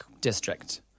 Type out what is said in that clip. district